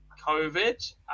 COVID